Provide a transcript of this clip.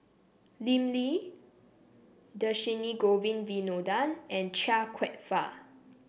Lim Lee Dhershini Govin Winodan and Chia Kwek Fah